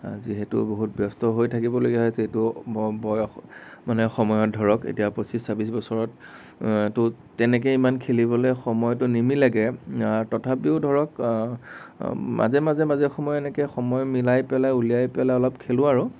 যিহেতু বহুত ব্যস্ত হৈ থাকিবলগীয়া হৈছে এইটো ব বয়স মানে সময়ত ধৰক এতিয়া পঁচিছ ছাব্বিছ বছৰত তো তেনেকে ইমান খেলিবলে সময়তো নিমিলেগে তথাপিও ধৰক মাজে মাজে মাজে সময়ে এনেকে সময় মিলাই পেলাই উলিয়াই পেলাই অলপ খেলোঁ আৰু